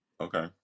okay